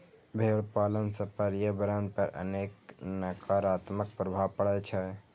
भेड़ पालन सं पर्यावरण पर अनेक नकारात्मक प्रभाव पड़ै छै